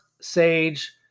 sage